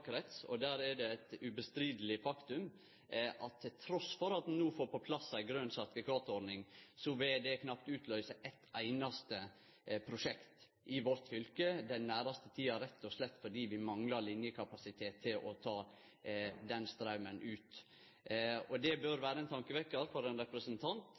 valkrets, og der er det eit ubestrideleg faktum at trass i at vi no får på plass ei grøn-sertifikat-ordning, vil det knapt utløyse eit einaste prosjekt i vårt fylke i den næraste tida, rett og slett fordi vi manglar linjekapasitet til å ta den straumen ut. Det bør vere ein tankevekkjar for ein representant